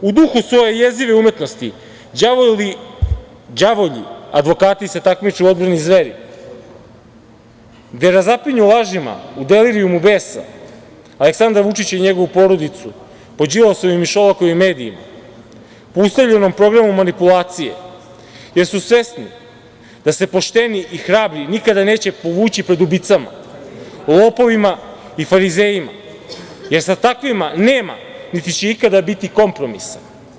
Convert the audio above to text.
U duhu svoje jezive umetnosti, đavolji advokati se takmiče u odbrani zveri, gde razapinju lažima u delirijumu besa Aleksandra Vučića i njegovu porodicu po Đilasovim i Šolakovim medijima, po ustaljenom programu manipulacije, jer su svesni da se pošteni i hrabri nikada neće povući pred ubicama, lopovima i farizejima, jer sa takvima nema, niti će ikada biti kompromisa.